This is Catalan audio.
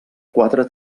quatre